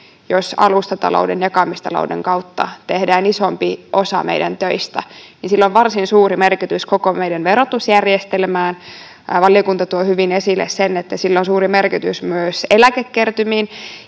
Jos alustatalouden, jakamistalouden kautta tehdään isompi osa töistä, niin sillä on varsin suuri merkitys koko meidän verotusjärjestelmälle, ja valiokunta tuo hyvin esille sen, että sillä on suuri merkitys myös eläkekertymille.